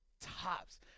Tops